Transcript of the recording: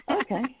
Okay